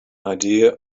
idea